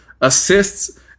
assists